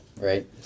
right